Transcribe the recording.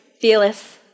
Fearless